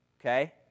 okay